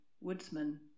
woodsman